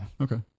Okay